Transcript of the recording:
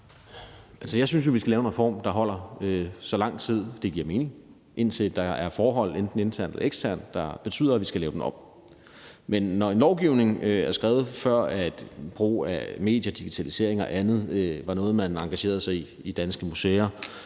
Jeg synes jo, vi skal lave en reform, der holder, så lang tid det giver mening, indtil der er forhold enten internt eller eksternt, der betyder, at vi skal lave den om. Men når lovgivningen er skrevet, før brugen af medier, digitalisering og andet var noget, man engagerede sig i på danske museer,